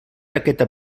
aquesta